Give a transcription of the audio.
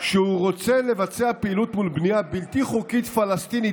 שהוא רוצה לבצע פעילות מול בנייה בלתי חוקית פלסטינית